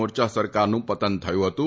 મોરચા સરકારનું પતન થયું હતું